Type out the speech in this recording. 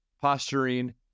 posturing